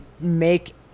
make